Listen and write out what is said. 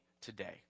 today